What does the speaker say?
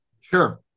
Sure